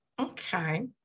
Okay